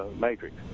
matrix